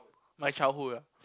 my childhood ah